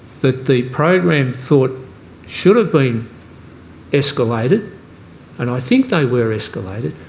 that the program thought should have been escalated and i think they were escalated.